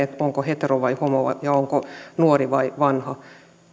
onko hetero vai homo ja onko nuori vai vanha